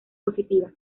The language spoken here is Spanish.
positiva